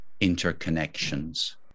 interconnections